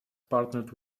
partnered